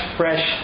fresh